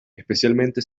especialmente